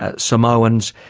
ah samoans,